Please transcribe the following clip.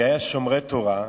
היה "שומרי תורה",